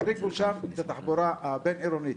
החריגו שם את התחבורה הבין עירונית,